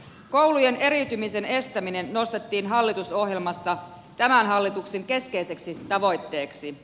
koulujen eriytymisen estäminen nostettiin hallitusohjelmassa tämän hallituksen keskeiseksi tavoitteeksi